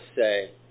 say